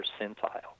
percentile